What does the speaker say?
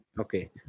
Okay